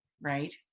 right